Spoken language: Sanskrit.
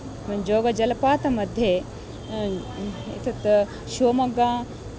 जोगजलपातमध्ये एतत् शिवमोग्गा